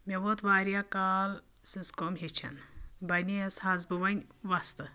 مےٚ ووت واریاہ کال سٕژ کٲم ہیٚچھان بَنے یَس حظ بہٕ وۄنۍ وۄستہٕ